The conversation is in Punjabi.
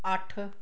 ਅੱਠ